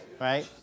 right